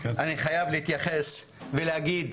אני חייב להתייחס ולהגיד